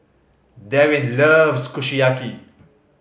Daryn loves Kushiyaki